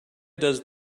does